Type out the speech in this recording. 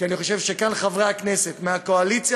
כי אני חושב שכאן חברי הכנסת מהקואליציה